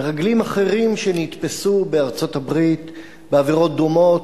מרגלים אחרים שנתפסו בארצות-הברית בעבירות דומות,